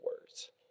words